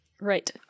Right